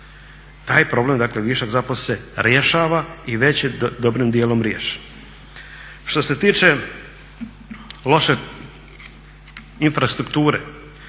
Taj problem, dakle višak zapravo se rješava i već je dobrim dijelom riješen. Što se tiče loše infrastrukture.